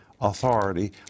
authority